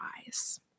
eyes